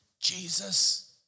Jesus